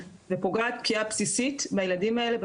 ופוגעת פגיעה בסיסית בילדים האלה,